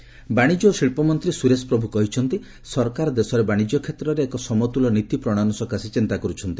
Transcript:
ପ୍ରଭୁ ରିଟେଲ ବାଣିଜ୍ୟ ଓ ଶିଳ୍ପମନ୍ତ୍ରୀ ସୁରେଶ ପ୍ରଭୁ କହିଛନ୍ତି ସରକାର ଦେଶରେ ବାଣିଜ୍ୟ କ୍ଷେତ୍ରରେ ଏକ ସମତୁଲନୀତି ପ୍ରଣୟନ ସକାଶେ ଚିନ୍ତା କରୁଛନ୍ତି